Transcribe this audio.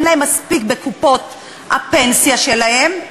אין להם מספיק בקופות הפנסיה שלהם,